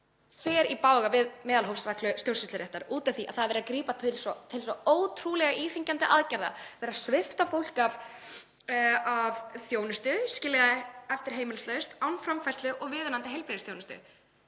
í bága við meðalhófsreglu stjórnsýsluréttar af því að það verður að grípa til svo ótrúlega íþyngjandi aðgerða; það er verið að svipta fólk þjónustu, skilja það eftir heimilislaust, án framfærslu og viðunandi heilbrigðisþjónustu.